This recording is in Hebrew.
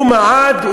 הוא מעד,